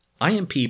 IMP